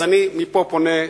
אז אני מפה פונה,